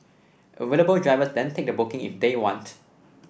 available drivers then take the booking if they want